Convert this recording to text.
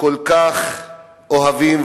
כך אוהבים,